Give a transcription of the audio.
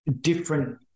different